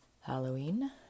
Halloween